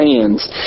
hands